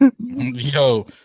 Yo